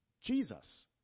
Jesus